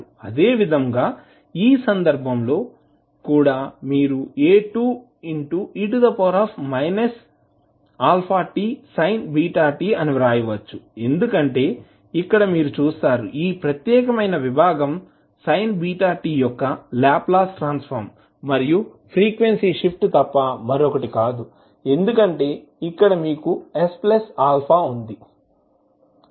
అదేవిధంగా ఈ సందర్భంలో కూడా మీరు A2e αtsin βt అని వ్రాయవచ్చు ఎందుకంటే ఇక్కడ కూడా మీరు చూస్తారు ఈ ప్రత్యేకమైన విభాగంsin βt యొక్క లాప్లాస్ ట్రాన్స్ ఫార్మ్ మరియు ఫ్రీక్వెన్సీ షిఫ్ట్ తప్ప మరొకటి కాదు ఎందుకంటే ఇక్కడ మీకు sα ఉంది